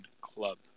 club